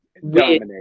dominate